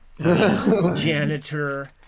janitor